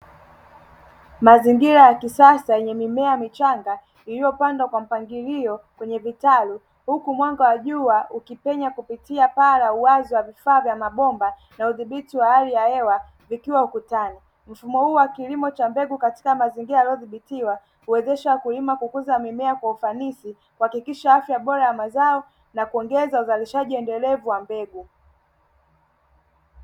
Mazingira ya kisasa yenye mimea michanga, iliyopandwa kwa mpangilio kwenye vitalu, huku mwanga wa jua ukipenya kupitia paa la uwazi wa vifaa vya mabomba na udhibiti wa hali ya hewa vikiwa ukutani. Mfumo huu wa kilimo cha mbegu katika mazingira yaliyodhibitiwa, huwezesha wakulima kukuza mimea kwa ufanisi, kuhakikisha afya bora ya mazao, kuongeza uzalishaji endelevu wa mbegu.